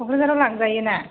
क'क्राझाराव लांजायोना